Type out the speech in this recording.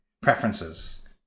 preferences